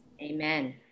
Amen